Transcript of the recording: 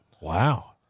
Wow